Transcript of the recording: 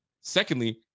Secondly